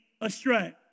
astray